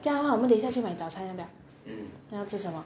这样的话我们得下去买早餐要不要 then 要吃什么